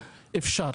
אפשר.